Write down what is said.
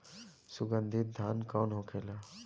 सुगन्धित धान कौन होखेला?